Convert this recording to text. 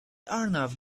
arnav